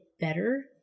better